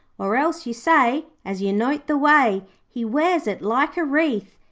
or else you say, as you note the way he wears it like a wreath,